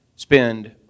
spend